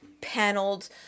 Paneled